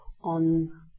on